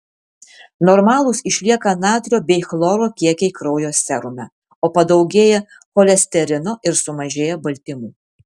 normalūs išlieka natrio bei chloro kiekiai kraujo serume o padaugėja cholesterino ir sumažėja baltymų